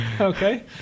Okay